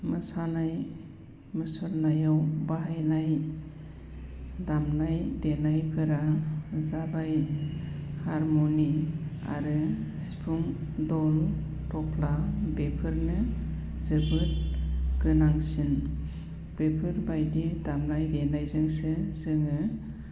मोसानाय मुसुरनायाव बाहायनाय दामनाय देनायफोरा जाबाय हारमुनि आरो सिफुं दल तबला बेफोरनो जोबोद गोनांसिन बेफरोबायदि दामनाय देनायजोंसो जोङो